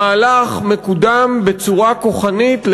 המהלך מקודם בצורה כוחנית,